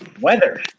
Weather